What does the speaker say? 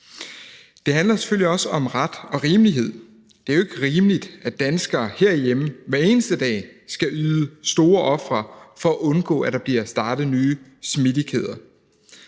Det handler selvfølgelig også om ret og rimelighed. Det er jo ikke rimeligt, at danskere herhjemme hver eneste dag skal yde store ofre for at undgå, at der bliver startet nye smittekæder,